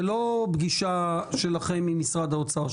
זה לא פגישה שלכם עם משרד האוצר.